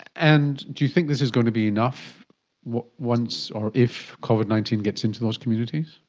and you think this is going to be enough once or if covid nineteen gets into those communities?